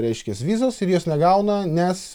reiškias vizos ir jos negauna nes